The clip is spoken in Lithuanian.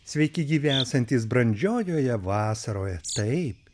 sveiki gyvi esantys brandžiojoje vasaroje taip